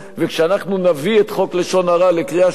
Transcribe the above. כשאנחנו נביא את חוק לשון הרע לקריאה שנייה